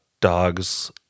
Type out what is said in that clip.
dogs